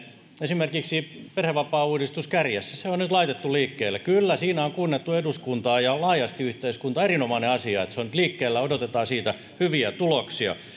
esimerkiksi perhevapaauudistus kärjessä on nyt laitettu liikkeelle kyllä siinä on kuunneltu eduskuntaa ja laajasti yhteiskuntaa erinomainen asia että se on nyt liikkeellä odotetaan siitä hyviä tuloksia